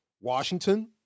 Washington